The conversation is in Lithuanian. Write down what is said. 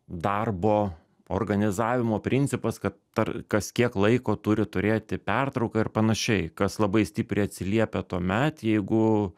darbo organizavimo principas kad per kas kiek laiko turi turėti pertrauką ir panašiai kas labai stipriai atsiliepia tuomet jeigu